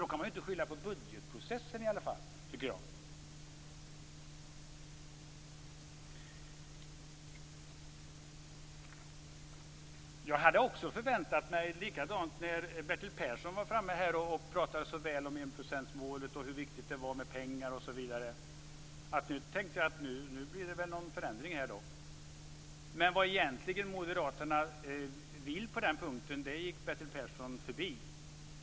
Då kan man ju inte skylla på budgetprocessen, tycker jag. När Bertil Persson stod här och pratade så väl om enprocentsmålet och hur viktigt det är med pengar, tänkte jag att nu blir det väl en förändring. Men vad Moderaterna egentligen vill på den punkten gick Bertil Persson förbi.